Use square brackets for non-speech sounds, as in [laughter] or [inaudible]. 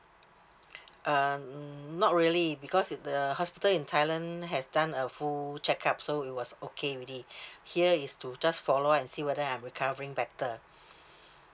um not really because it the hospital in thailand has done a full check up so it was okay already [breath] here is to just follow up and see whether I'm recovering better